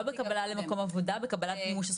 לא, אבל לא בקבלה למקום עבודה בקבלת מימוש הזכות.